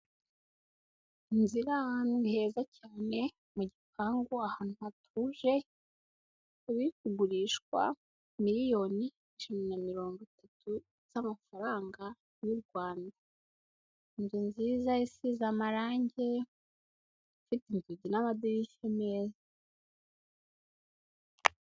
Inzu iri ahantu heza cyane mu gipangu ahantu hatuje, ikaba iri kugurishwa miliyoni ijana na mirongo itatu z'amafaranga y'u Rwanda, inzu nziza isize amarange, ifite inzugi n'amadirishya meza.